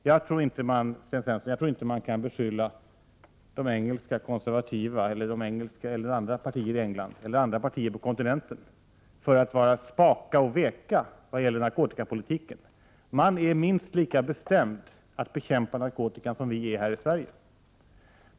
Jag tror inte, Sten Svensson, att man kan beskylla de engelska konservativa, andra partier i England eller andra partier på kontintenten för att vara spaka och veka vad gäller narkotikapolitik. De är minst lika bestämda när det gäller att bekämpa narkotikan som vi här i Sverige.